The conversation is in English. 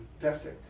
testing